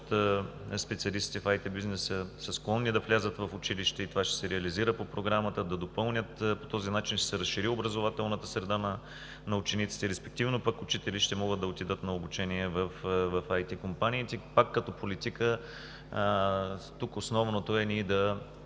специалистите в IТ бизнеса са склонни да влязат в училище и това ще се реализира по Програмата. По този начин ще се разшири образователната среда на учениците. Респективно пък учители ще могат да отидат на обучение в IТ компаниите. Пак като политика тук основното е да